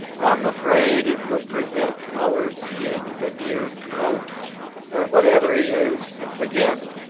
i'm afraid it will prevent our seeing the dear count or whatever he is again,